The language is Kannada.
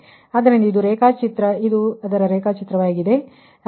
ಆದ್ದರಿಂದ ಇದು ರೇಖಾಚಿತ್ರವಾಗಿದೆ